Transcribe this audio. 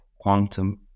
quantum